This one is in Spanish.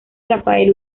rafael